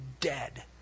dead